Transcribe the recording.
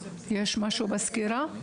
יש משהו בסקירה?